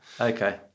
Okay